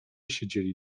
siedzieli